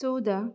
चवदा